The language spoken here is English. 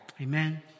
Amen